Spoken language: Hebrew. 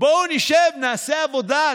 בואו נשב, נעשה עבודה.